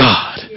God